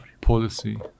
policy